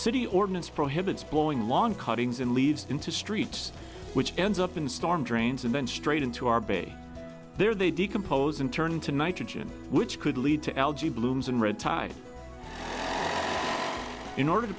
city ordinance prohibits blowing long cuttings and leaves into streets which ends up in storm drains and then straight into our bay there they decompose and turn into nitrogen which could lead to algae blooms and red tide in order to